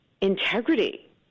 integrity